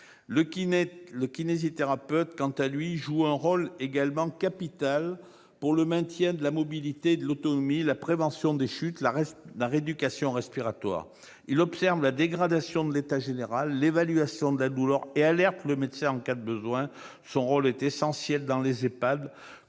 Le kinésithérapeute, quant à lui, joue également un rôle capital pour le maintien de la mobilité et de l'autonomie, la prévention des chutes et la rééducation respiratoire. Il observe la dégradation de l'état général, évalue la douleur et alerte le médecin en cas de besoin. Son rôle est essentiel dans les